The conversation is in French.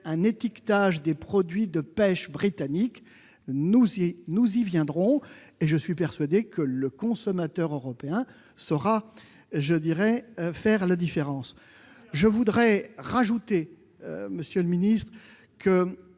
un étiquetage des produits de pêche britannique, nous y viendrons et je suis persuadé que le consommateur européen saura faire la différence. Très bien ! Monsieur le secrétaire